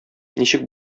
ничек